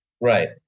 Right